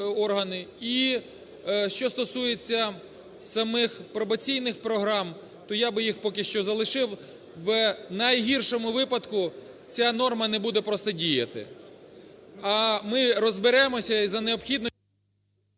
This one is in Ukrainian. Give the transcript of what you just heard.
І що стосується самих пробаційних програм, то я би їх поки що залишив. В найгіршому випадку, ця норма не буде просто діяти. А ми розберемося і за…